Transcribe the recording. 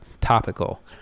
topical